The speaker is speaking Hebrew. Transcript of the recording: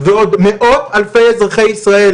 ועוד מאות אלפי אזרחי ישראל,